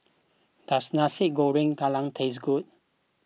does Nasi Goreng Kerang taste good